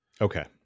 Okay